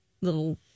little